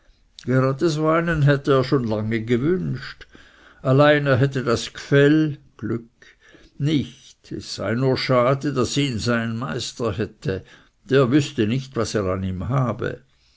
hätte er schon lange gewünscht allein er hätte das gfell nicht es sei nur schade daß ihn sein meister hätte der wüßte nicht was er an ihm habe